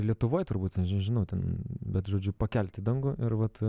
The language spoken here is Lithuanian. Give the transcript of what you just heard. lietuvoj turbūt nežinau ten bet žodžiu pakelti į dangų ir vat